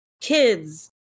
kids